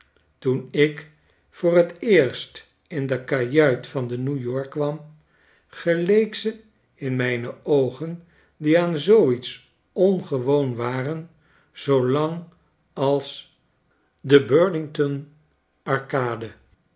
toen ik voor t eerst in de kajuit van de new york kwam geleek ze in mijne oogen die aan zoo iets onge woon waren zoo lang als de burlington arcade